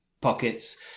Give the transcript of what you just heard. pockets